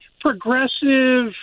progressive